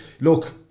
look